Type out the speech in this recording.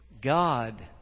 God